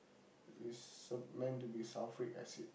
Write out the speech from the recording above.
is sup~ meant to be sulfuric acid